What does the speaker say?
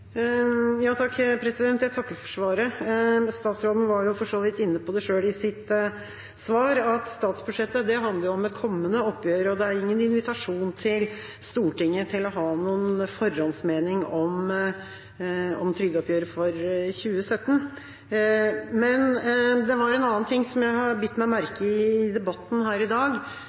Jeg takker for svaret. Statsråden var for så vidt inne på det selv i sitt svar, at statsbudsjettet handler om et kommende oppgjør, og det er ingen invitasjon til Stortinget til å ha noen forhåndsmening om trygdeoppgjøret for 2017. Men det er en annen ting jeg har bitt meg merke i i debatten her i dag.